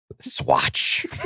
Swatch